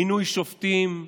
מינוי שופטים,